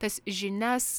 tas žinias